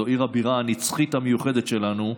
זו עיר הבירה הנצחית המיוחדת שלנו,